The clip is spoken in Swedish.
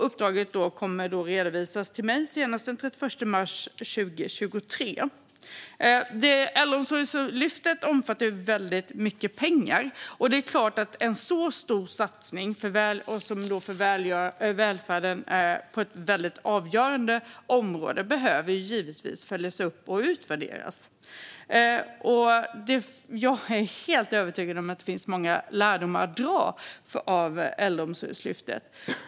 Uppdraget kommer att redovisas till mig senast den 31 mars 2023. Äldreomsorgslyftet omfattar ju väldigt mycket pengar. En så stor satsning på ett för välfärden avgörande område behöver givetvis följas upp och utvärderas. Jag är helt övertygad om att det finns många lärdomar att dra av Äldreomsorgslyftet.